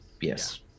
yes